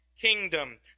kingdom